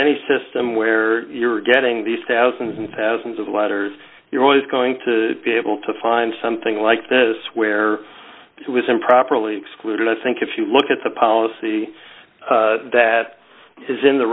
any system where you're getting these thousands and thousands of letters you're always going to be able to find something like this where it was improperly excluded i think if you look at the policy that is in the